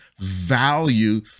value